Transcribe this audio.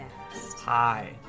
hi